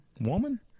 Woman